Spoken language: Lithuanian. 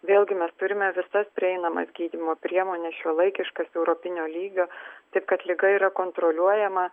vėlgi mes turime visas prieinamas gydymo priemones šiuolaikiškas europinio lygio taip kad liga yra kontroliuojama